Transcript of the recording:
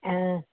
ಹಾಂ